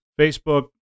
Facebook